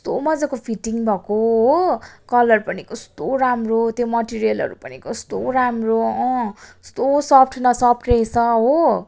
कस्तो मजाको फिटिङ भएको हो कलर पनि कस्तो राम्रो त्यो मटेरियलहरू पनि कस्तो राम्रो अँ कस्तो सफ्ट न सफ्ट रहेछ हो